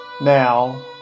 now